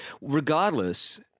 Regardless